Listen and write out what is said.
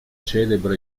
celebra